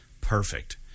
perfect